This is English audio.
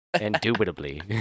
Indubitably